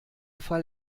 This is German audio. fall